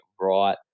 right